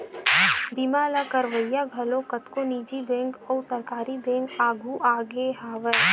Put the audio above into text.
बीमा ल करवइया घलो कतको निजी बेंक अउ सरकारी बेंक आघु आगे हवय